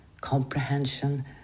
comprehension